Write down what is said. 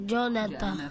Jonathan